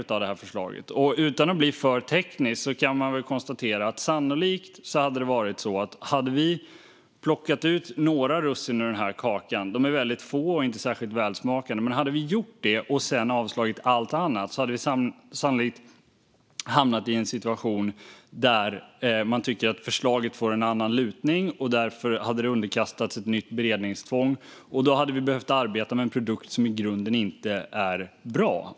Utan att gå in för mycket på tekniska detaljer kan man konstatera att om vi hade plockat ut några russin ur den här kakan - de är väldigt få och inte särskilt välsmakande, men ändå - och sedan avslagit allt annat skulle vi sannolikt hamnat i en situation där man tyckt att förslaget fått en annan lutning och därmed underkastats ett nytt beredningstvång. Då hade vi behövt arbeta med en produkt som i grunden inte är bra.